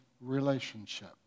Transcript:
relationship